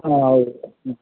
ആ ആയിക്കോട്ടേ